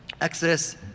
Exodus